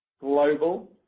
global